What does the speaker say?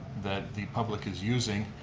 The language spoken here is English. that the public is using,